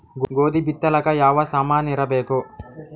ಗೋಧಿ ಬಿತ್ತಲಾಕ ಯಾವ ಸಾಮಾನಿರಬೇಕು?